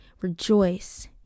rejoice